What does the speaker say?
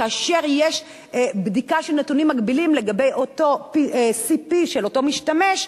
כאשר יש בדיקה של נתונים מקבילים לגבי אותו IP של אותו משתמש: